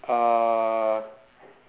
uh